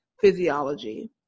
physiology